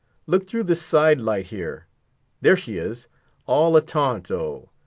look through this side-light here there she is all a-taunt-o!